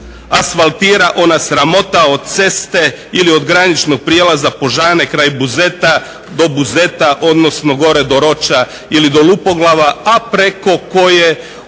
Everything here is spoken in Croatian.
asfaltira ona sramota od ceste ili od graničnog prijelaza Požane kraj Buzeta, do Buzeta, odnosno gore do Roča ili do Lupoglava, a preko koje